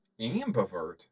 ambivert